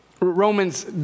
Romans